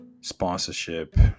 sponsorship